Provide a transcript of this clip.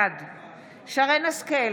בעד שרן מרים השכל,